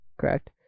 correct